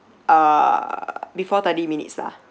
uh before thirty minutes lah